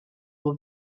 will